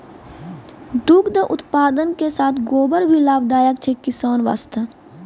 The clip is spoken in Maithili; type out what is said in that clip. दुग्ध उत्पादन के साथॅ गोबर भी लाभदायक छै किसान वास्तॅ